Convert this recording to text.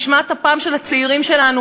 נשמת אפם של הצעירים שלנו,